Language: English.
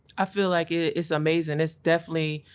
i feel like it's amazing. it's definitely,